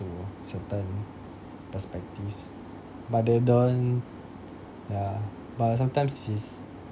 to certain perspectives but they don't ya but sometimes it's